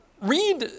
Read